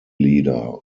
leader